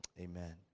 Amen